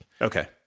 okay